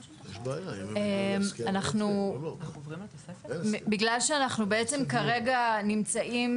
אנחנו, בגלל שאנחנו בעצם כרגע נמצאים